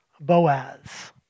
Boaz